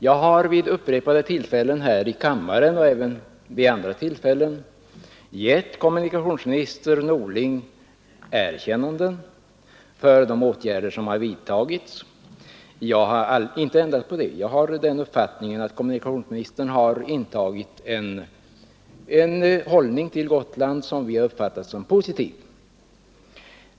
Jag har vid upprepade tillfällen här i kammaren och även vid andra tillfällen givit kommunikationsminister Norling erkännanden för de åtgärder som vidtagits. Jag anser att kommunikationsministern tidigare har intagit en hållning till Gotland som vi uppfattat såsom positiv.